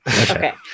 Okay